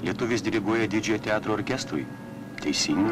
lietuvis diriguoja didžiojo teatro orkestrui teisingai